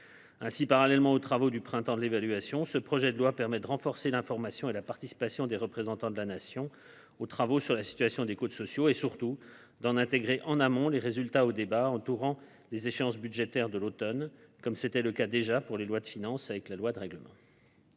Ainsi, parallèlement aux travaux du printemps de l’évaluation, ce projet de loi permet de renforcer l’information et la participation des représentants de la Nation aux travaux sur la situation des comptes sociaux et, surtout, d’en intégrer, en amont, les résultats aux débats, entourant les échéances budgétaires de l’automne, comme c’était déjà le cas pour les lois de finances avec la loi de règlement.